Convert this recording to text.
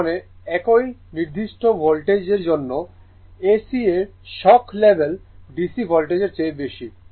তার মানে একই নির্দিষ্ট ভোল্টেজের জন্য AC এর শক লেভেল DC ভোল্টেজের চেয়ে বেশি